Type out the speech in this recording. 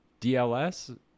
dls